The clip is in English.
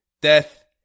death